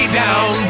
down